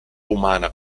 umana